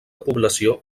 població